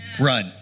Run